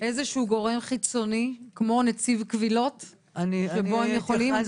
איזה שהוא גורם חיצוני כמו נציב קבילות שבו הם יכולים?